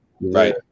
Right